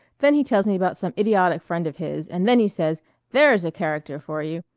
then he tells me about some idiotic friend of his and then he says there s a character for you!